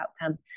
outcome